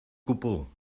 gwbl